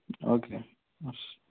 okay yes